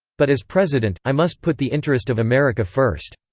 but as president, i must put the interest of america first.